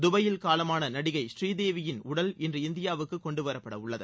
துபாயில் காலமான நடிகை ஸ்ரீதேவியின் உடல் இன்று இந்தியாவுக்கு கொண்டுவரப்படவுள்ளது